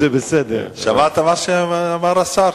שמעת מה אמר השר?